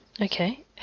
Okay